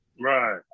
Right